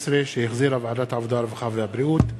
לא עברה את הקריאה הטרומית.